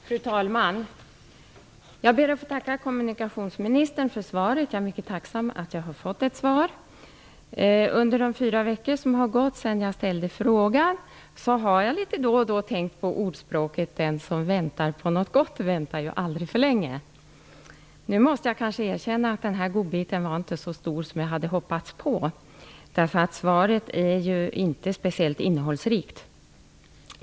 Fru talman! Jag ber att få tacka kommunikationsministern för svaret. Jag är mycket tacksam över att jag har fått ett svar. Under de fyra veckor som har gått sedan jag ställde frågan har jag litet då och då tänkt på ordspråket att den som väntar på något gott väntar aldrig för länge. Nu måste jag kanske erkänna att den här godbiten inte var så stor som jag hade hoppats på. Svaret är inte speciellt innehållsrikt.